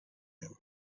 him